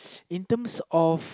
in terms of